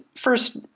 first